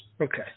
Okay